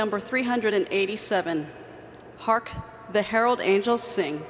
number three hundred and eighty seven hark the herald angels sing